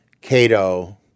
Cato